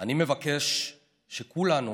"אני מבקש שכולנו,